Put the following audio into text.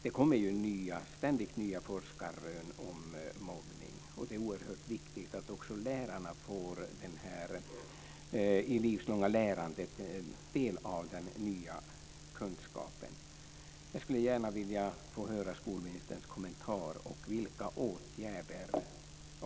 Det kommer ständigt nya forskarrön om mobbning, och det är oerhört viktigt att också lärarna i det livslånga lärandet får del av den nya kunskapen.